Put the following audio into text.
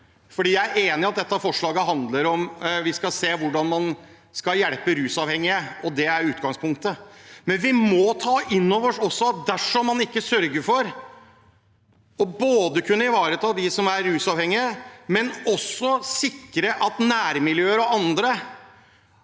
Jeg er enig i at dette forslaget handler om at vi skal se på hvordan man skal hjelpe rusavhengige, det er utgangspunktet, men vi må også ta innover oss at dersom man ikke sørger for både å kunne ivareta dem som er rusavhengige, og også sikre at nærmiljøer og andre